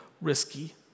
risky